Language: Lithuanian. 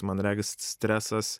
man regis stresas